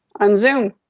on zoom.